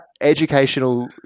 educational